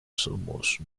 somos